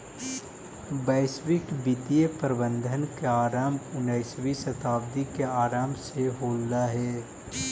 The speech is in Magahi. वैश्विक वित्तीय प्रबंधन के आरंभ उन्नीसवीं शताब्दी के आरंभ से होलइ